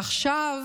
ועכשיו